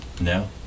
No